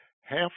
half